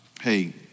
hey